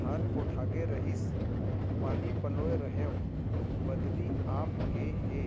धान पोठागे रहीस, पानी पलोय रहेंव, बदली आप गे हे,